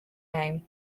name